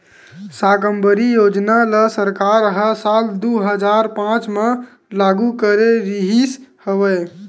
साकम्बरी योजना ल सरकार ह साल दू हजार पाँच म लागू करे रिहिस हवय